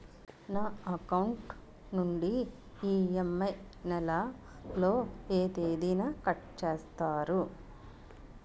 నా అకౌంట్ నుండి ఇ.ఎం.ఐ నెల లో ఏ తేదీన కట్ చేస్తారు?